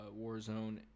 Warzone